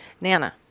Nana